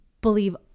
believe